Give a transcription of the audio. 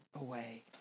away